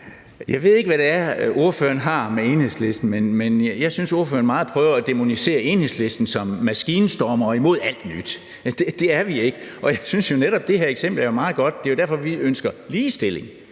Jeg ved ikke, hvad det er, ordføreren har med Enhedslisten, men jeg synes, at ordføreren meget prøver at dæmonisere Enhedslisten som maskinstormere og imod alt nyt. Altså, det er vi ikke. Jeg synes jo netop, at det her eksempel er meget godt, for vi ønsker nemlig ligestilling